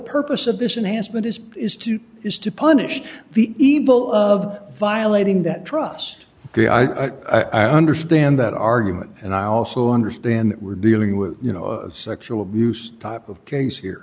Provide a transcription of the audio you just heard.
purpose of this enhanced but is is to is to punish the evil of violating that trust i understand that argument and i also understand that we're dealing with you know a sexual abuse type of case here